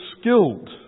skilled